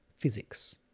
physics